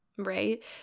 right